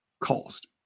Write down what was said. cost